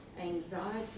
anxiety